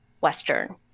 western